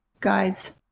guys